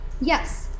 yes